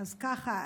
אז ככה,